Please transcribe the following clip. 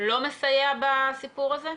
לא מסייע בסיפור הזה?